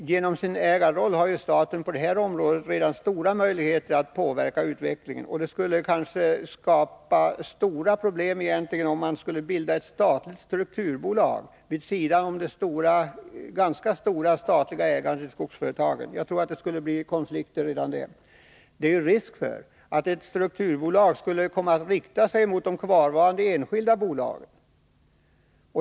Genom sin ägarroll har staten redan nu stora möjligheter att påverka utvecklingen på det här området, och det skulle kanske egentligen skapa stora problem, om man skulle bilda ett statligt strukturbolag vid sidan av det ganska stora statliga ägandet i skogsföretagen. Jag tror att det skulle bli konflikter. Det finns risk för att ett strukturbolag skulle komma att rikta sig mot de kvarvarande enskilda bolagen.